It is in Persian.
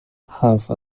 حرف